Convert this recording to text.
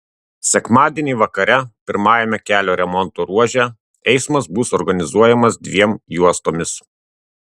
sekmadienį vakare pirmajame kelio remonto ruože eismas bus organizuojamas dviem juostomis